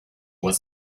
was